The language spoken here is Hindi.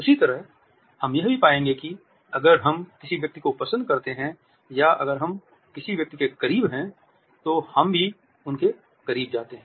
उसी तरह हम यह भी पाएंगे कि अगर हम किसी व्यक्ति को पसंद करते हैं या अगर हम किसी व्यक्ति के करीब हैं तो हम भी उनके करीब जाते हैं